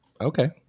Okay